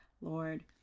Lord